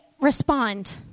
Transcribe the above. respond